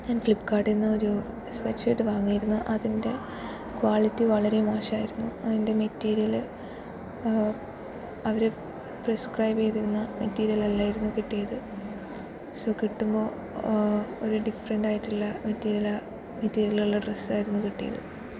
ഞാൻ ഫ്ലിപ്പ്കാർട്ടീന്നൊരു bed sheet വാങ്ങിയിരുന്നു അതിൻ്റെ ക്വാളിറ്റി വളരെ മോശമായിരുന്നു അതിൻ്റെ മെറ്റീരിയൽ അവര് പ്രിസ്ക്രൈബ് ചെയ്തിരുന്ന മെറ്റീരിയലല്ലായിരുന്നു കിട്ടിയത് സോ കിട്ടുമ്പോൾ ഒരു ഡിഫറെൻ്റായിട്ടുള്ള മെറ്റീരിയലാ മെറ്റീരിയൽ ഉള്ള ഡ്രസ്സ് ആയിരുന്നു കിട്ടിയത്